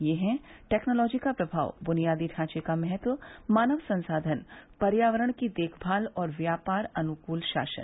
ये हैं टेक्नालॉजी का प्रभाव ब्नियादी ढांचे का महत्व मानव संसाधन पर्यावरण की देखभाल और व्यापार अनुकूल शासन